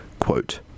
quote